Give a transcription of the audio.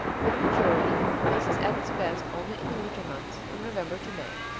with the majority, this is at its best only in the winter months, from november to may.